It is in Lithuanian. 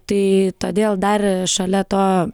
tai todėl dar šalia to